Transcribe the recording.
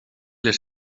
les